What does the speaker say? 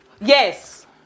Yes